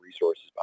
resources